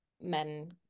men